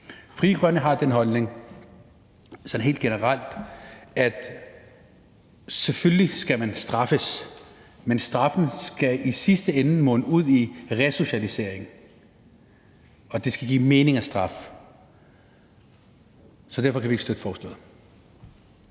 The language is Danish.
sådan helt generelt, at man selvfølgelig skal straffes, men straffen skal i sidste ende munde ud i resocialisering – og det skal give mening at straffe. Derfor kan vi ikke støtte forslaget.